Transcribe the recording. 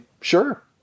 sure